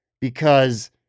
because-